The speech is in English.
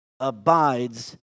Abides